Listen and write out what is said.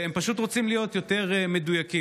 והם פשוט רוצים להיות יותר מדויקים.